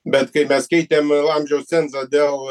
bet kai mes keitėm amžiaus cenzą dėl